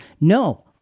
No